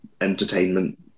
entertainment